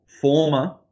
former